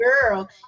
girl